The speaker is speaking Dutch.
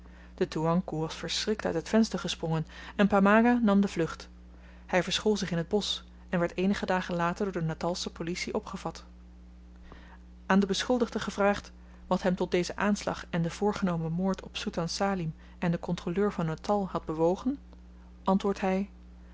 de toeankoe was verschrikt uit het venster gesprongen en pamaga nam de vlucht hy verschool zich in t bosch en werd eenige dagen later door de natalsche policie opgevat aan den beschuldigde gevraagd wat hem tot dezen aanslag en den voorgenomen moord op soetan salim en den kontroleur van natal had bewogen antwoordt hy